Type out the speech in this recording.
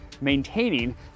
maintaining